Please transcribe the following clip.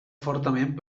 fortament